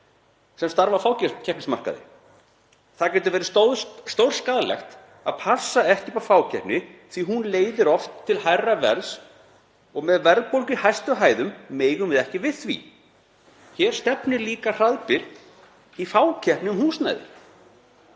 sem starfa á fákeppnismarkaði. Það getur verið stórskaðlegt að passa okkur ekki á fákeppni því að hún leiðir oft til hærra verðs og með verðbólgu í hæstu hæðum megum við ekki við því. Hér stefnir líka hraðbyri í fákeppni á húsnæðismarkaði.